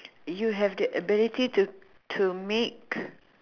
you have the ability to to make